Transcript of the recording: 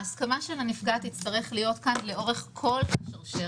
ההסכמה של הנפגע תצטרך להיות כאן לאורך כל השרשרת.